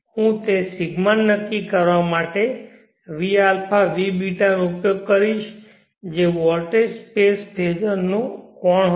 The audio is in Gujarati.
હું તે ρ નક્કી કરવા માટે vα vß નો ઉપયોગ કરીશ જે વોલ્ટેજ સ્પેસ ફેઝરનો કોણ હશે